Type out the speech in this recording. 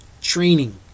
Training